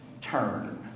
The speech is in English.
Turn